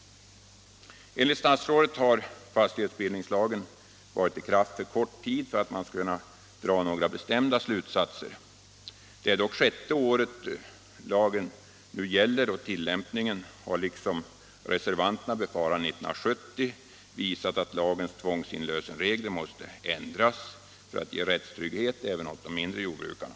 Enligt statsrådet har fastighetsbildningslagen varit i kraft för kort tid för att man skall kunna dra några bestämda slutsatser. Det är dock sjätte året lagen nu gäller, och tillämpningen har, liksom reservanterna befarade 1970, visat att lagens tvångsinlösningsregler måste ändras för att ge rättstrygghet även åt de mindre jordbrukarna.